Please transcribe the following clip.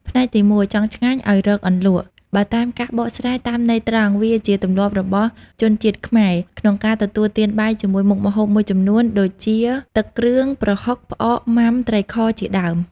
ផ្នែកទី១ «ចង់ឆ្ងាញ់ឱ្យរកអន្លក់» បើតាមការបកស្រាយតាមន័យត្រង់ វាជាទម្លាប់របស់ជនជាតិខ្មែរ ក្នុងការទទួលទានបាយជាមួយមុខម្ហូបមួយចំនួន ដូចជា ទឹកគ្រឿង ប្រហុក ផ្អក ម៉ាំ ត្រីខ ជាដើម។